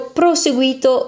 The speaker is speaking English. proseguito